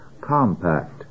compact